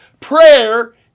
Prayer